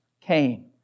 came